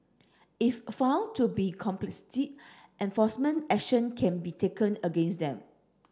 if found to be complicit enforcement action can be taken against them